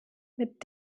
mit